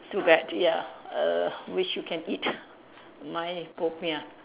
too bad ya err wish you can eat my popiah